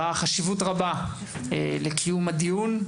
ראה חשיבות רבה לקיום הדיון,